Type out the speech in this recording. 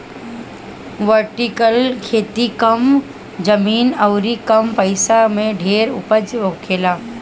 vertical खेती कम जमीन अउरी कम पइसा में ढेर उपज होखेला